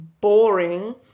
boring